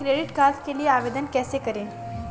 Credit card के लिए आवेदन कैसे करें?